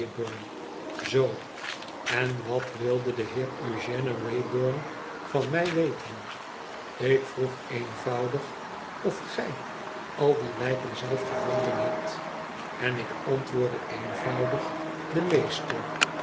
zoo en wat wilde de heer eugène wraybum van mij weten ik vroeg eenvoudig of gij al die lijken zelf gevonden hebt en ik antwoord eenvoudig de meeste